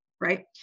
right